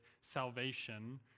salvation